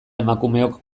emakumeok